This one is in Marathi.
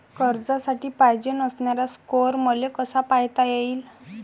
कर्जासाठी पायजेन असणारा स्कोर मले कसा पायता येईन?